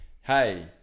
Hey